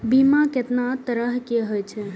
बीमा केतना तरह के हाई छै?